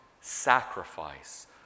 sacrifice